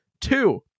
Two